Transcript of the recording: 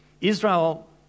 Israel